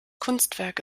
kunstwerk